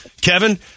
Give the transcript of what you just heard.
Kevin